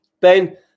Ben